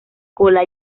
cola